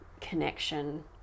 connection